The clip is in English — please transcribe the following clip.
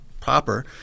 proper